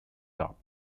top